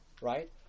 Right